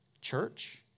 church